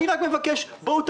אני רק מבקש: בואו,